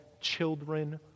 children